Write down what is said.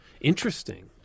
Interesting